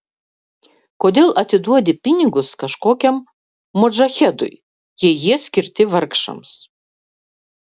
kodėl atiduodi pinigus kažkokiam modžahedui jei jie skirti vargšams